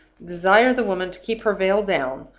desire the woman to keep her veil down,